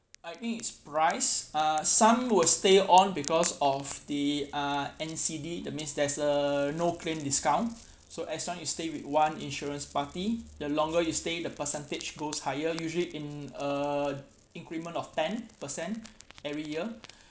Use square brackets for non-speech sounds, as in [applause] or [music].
like me is price uh some will stay on because of the uh N_C_D that means that's a no claim discount [breath] so as long you stay with one insurance party the longer you stay the percentage goes higher usually in a increment of ten per cent every year [breath]